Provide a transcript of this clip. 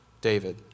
David